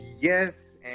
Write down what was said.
Yes